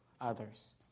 others